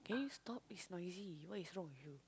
can you stop it's noisy what is wrong with you